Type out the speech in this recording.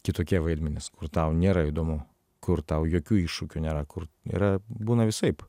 kitokie vaidmenys kur tau nėra įdomu kur tau jokių iššūkių nėra kur yra būna visaip